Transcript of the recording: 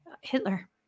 Hitler